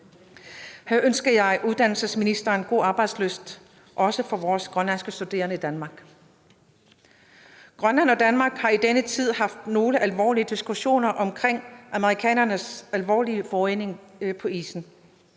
Her ønsker jeg uddannelsesministeren god arbejdslyst, også med hensyn til vores grønlandske studerende i Danmark. Kl. 20:26 Grønland og Danmark har i denne tid haft nogle alvorlige diskussioner omkring amerikanernes alvorlige forurening på isen.